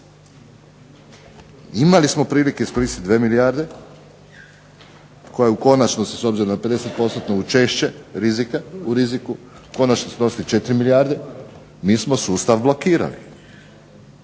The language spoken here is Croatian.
Imali smo prilike iskoristiti 2 milijarde, koja je u konačnosti, s obzirom na 50 postotno učešće rizika u riziku, u …/Ne razumije se./… 4 milijarde mi smo sustav blokirali.